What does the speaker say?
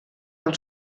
del